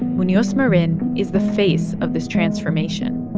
munoz marin is the face of this transformation